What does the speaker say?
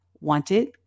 wanted